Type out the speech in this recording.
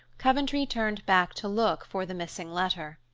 coventry turned back to look for the missing letter.